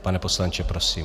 Pane poslanče, prosím.